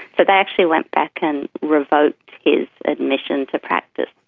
but they actually went back and revoked his admission to practice.